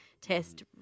test